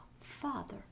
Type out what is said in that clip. father